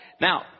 Now